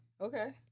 Okay